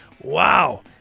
Wow